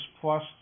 plus